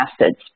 acids